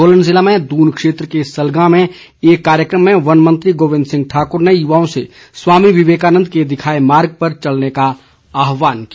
सोलन ज़िले में दून क्षेत्र के सलगां में एक कार्यक्रम में वन मंत्री गोविंद ठाकुर ने युवाओं से स्वामी विवेकानन्द के दिखाए मार्ग पर चलने का आहवान किया